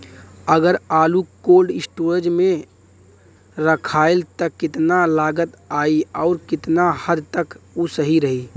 अगर आलू cold storage में रखायल त कितना लागत आई अउर कितना हद तक उ सही रही?